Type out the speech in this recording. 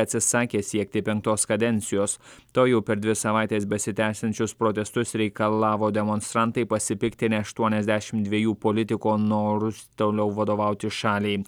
atsisakė siekti penktos kadencijos tuojau per dvi savaites besitęsiančius protestus reikalavo demonstrantai pasipiktinę aštuoniasdešim dviejų politiko norus toliau vadovauti šaliai